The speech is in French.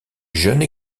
jeune